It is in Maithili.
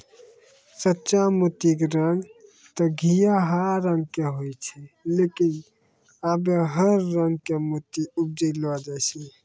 सच्चा मोती के रंग तॅ घीयाहा रंग के होय छै लेकिन आबॅ हर रंग के मोती उपजैलो जाय छै